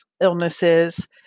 illnesses